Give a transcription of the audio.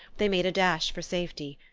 they made a dash for safety.